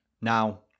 Now